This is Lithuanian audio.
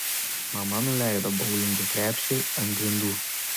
mama nuleido boulingo krepšį ant grindų